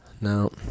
No